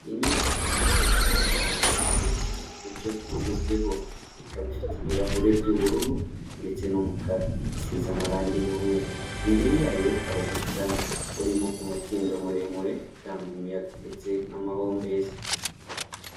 Inyubako nziza cyane y'ivuriro yubatswe mu buryo bugezweho, ikaba ifite ibirahure by'ubururu ndetse n'umukara isize amarangi y'umweru, imbere yayo hari ubusitani burimo umukindo muremure utanga umuyaga ndetse n'amahumbezi.